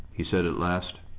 he said at last.